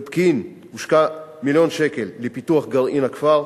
בפקיעין הושקעו מיליון שקל לפיתוח גרעין הכפר,